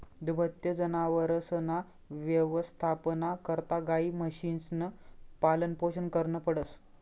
दुभत्या जनावरसना यवस्थापना करता गायी, म्हशीसनं पालनपोषण करनं पडस